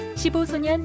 15소년